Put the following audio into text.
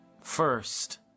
first